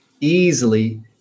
easily